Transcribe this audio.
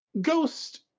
Ghost